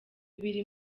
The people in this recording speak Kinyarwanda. biri